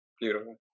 Beautiful